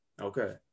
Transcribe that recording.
Okay